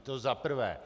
To za prvé.